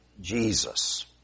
Jesus